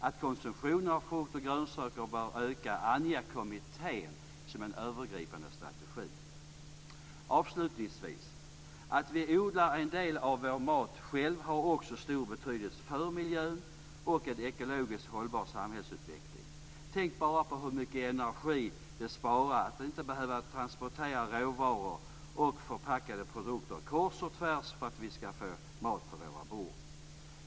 Att konsumtionen av frukt och grönsaker bör öka anger kommittén som en övergripande strategi. Avslutningsvis: Att vi själva odlar en del av vår mat har också stor betydelse för miljön och för en ekologiskt hållbar samhällsutveckling. Tänk bara på hur mycket energi det sparar att inte behöva transportera råvaror och förpackade produkter kors och tvärs för att vi ska få mat på våra bord!